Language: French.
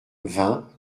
vingt